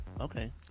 Okay